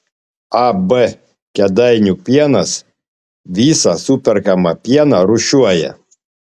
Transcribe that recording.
ab kėdainių pienas visą superkamą pieną rūšiuoja